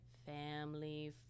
Family